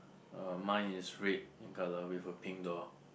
uh mine is red in colour with a pink door